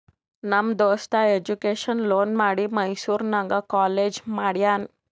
ನಮ್ ದೋಸ್ತ education loan ಮಾಡಿ ಮೈಸೂರು ನಾಗ್ ಕಾಲೇಜ್ ಮಾಡ್ಯಾನ್